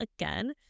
again